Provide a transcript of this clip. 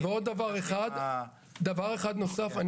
ודבר אחד נוסף,